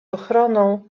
ochroną